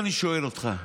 ואני שואל אותך,